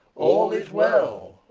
all is well,